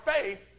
faith